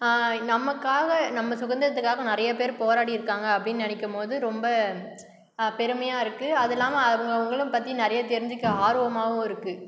நமக்காக நம்ம சுதந்திரத்துக்காக நிறைய பேர் போராடி இருக்காங்க அப்படின்னு நினைக்கும் போது ரொம்ப பெருமையாக இருக்கு அது இல்லாமல் அவங்க அவங்களை பற்றி நிறைய தெரிஞ்சுக்க ஆர்வமாகவும் இருக்கு